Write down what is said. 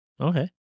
Okay